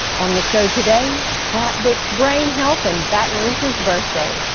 on the show today, scrapbooks, brain health, and baton rouge's birthday.